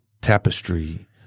tapestry